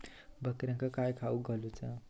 बकऱ्यांका काय खावक घालूचा?